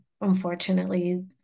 unfortunately